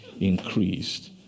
Increased